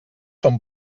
són